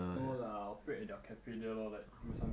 no lah operate at the cafe there lor like do some